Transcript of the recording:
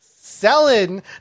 selling